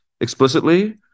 explicitly